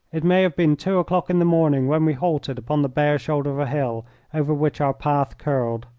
it may have been two o'clock in the morning when we halted upon the bare shoulder of a hill over which our path curled.